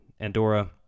Andorra